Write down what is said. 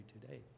today